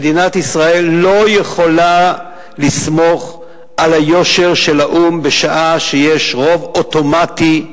מדינת ישראל לא יכולה לסמוך על היושר של האו"ם בשעה שיש רוב אוטומטי,